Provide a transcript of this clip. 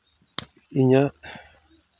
ᱤᱧᱟᱹᱜ